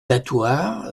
battoirs